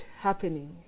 happening